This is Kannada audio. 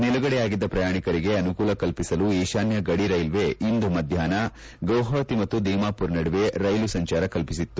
ನಿಲುಗಡೆಯಾಗಿದ್ದ ಪ್ರಯಾಣಿಕರಿಗೆ ಅನುಕೂಲ ಕಲ್ಪಿಸಲು ಈಶಾನ್ಯ ಗಡಿ ರೈಲ್ವೆ ಇಂದು ಮಧ್ಯಾಷ್ನ ಗುವಾಪತಿ ಮತ್ತು ದಿಮಾಮರ್ ನಡುವೆ ರೈಲು ಸಂಜಾರ ಕಲ್ಪಿಸಿತ್ತು